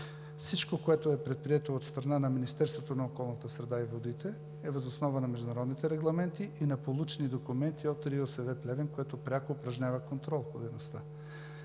Всичко, което е предприето от страна на Министерството на околната среда и водите, е въз основа на международните регламенти и на получени документи от РИОСВ – Плевен, която пряко упражнява контрол по дейността.